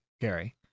Gary